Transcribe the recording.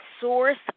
source